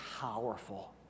powerful